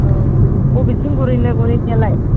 औ बबेथिं गुरहैनो गुरहैनायालाय